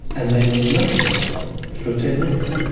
and then nothing for ten months.